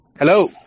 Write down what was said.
Hello